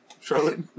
Charlotte